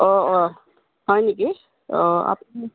অঁ অঁ হয় নেকি অঁ আপুনি